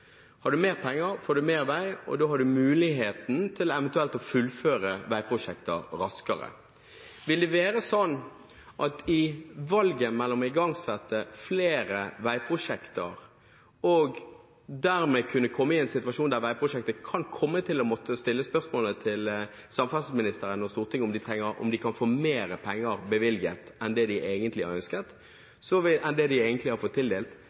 hvis du har mer penger, får du mer vei. Har du mer penger, får du mer vei, og da har du muligheten til eventuelt å fullføre veiprosjekter raskere. Derfor vil jeg stille følgende spørsmål: I valget mellom å igangsette flere veiprosjekter – og dermed kunne komme i en situasjon der veiselskapet kan komme til å måtte stille spørsmål til samferdselsministeren og Stortinget om man kan få mer penger bevilget enn det man egentlig har fått tildelt